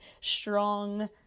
strong